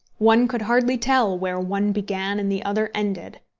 one could hardly tell where one began and the other ended!